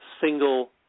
single